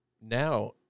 now